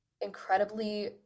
incredibly